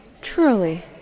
Truly